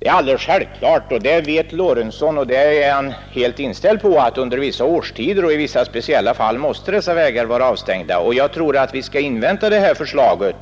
Det är självklart, det vet herr Lorentzon, att under vissa årstider och i vissa speciella fall måste dessa vägar vara avstängda. Jag tror alltså att vi skall invänta de förslag